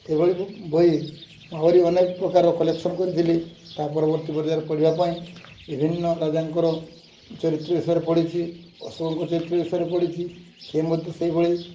ଏଭଳି ବହି ଆହୁରି ଅନେକ ପ୍ରକାର କଲେକ୍ସନ୍ କରିଥିଲି ତା ପରବର୍ତ୍ତୀ ପର୍ଯ୍ୟୟରେ ପଢ଼ିବା ପାଇଁ ବିଭିନ୍ନ ରାଜାଙ୍କର ଚରିତ୍ର ବିଷୟରେ ପଢ଼ିଛି ଅଶୋକଙ୍କ ଚରିତ୍ର ବିଷୟରେ ପଢ଼ିଛି ସେ ମଧ୍ୟ ସେଇଭଳି